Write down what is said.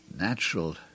Natural